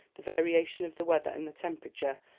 the variation of the weather and the temperature,